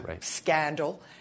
scandal